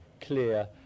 clear